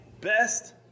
best